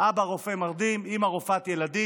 אבא רופא מרדים ואימא רופאת ילדים.